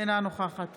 אינה נוכחת